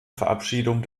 verabschiedung